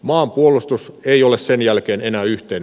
maanpuolustus ei ole sen jälkeen enää yhtiön